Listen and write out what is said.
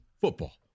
Football